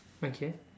okay